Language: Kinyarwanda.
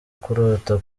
kurota